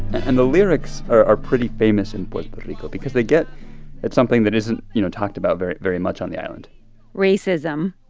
and the lyrics are pretty famous in puerto rico because they get at something that isn't, you know, talked about very, very much on the island racism